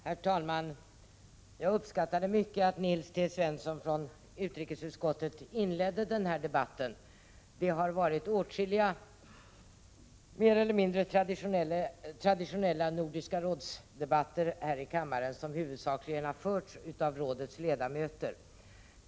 Herr talman! Jag uppskattar mycket att Nils T Svensson från utrikesutskottet inledde denna debatt. Åtskilliga mer eller mindre traditionella Nordiska råds-debatter har huvudsakligen förts enbart av rådets ledamöter.